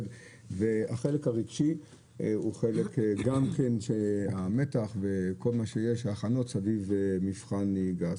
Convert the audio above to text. והחלק הרגשי הוא חלק גם כן שהמתח וכל מה שיש ההכנות סביב נהיגה.